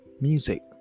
music